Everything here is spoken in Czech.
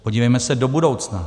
Podívejme se do budoucna.